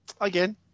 Again